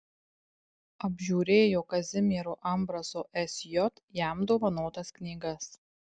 apžiūrėjo kazimiero ambraso sj jam dovanotas knygas